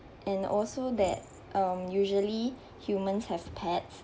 and also that um usually humans have pets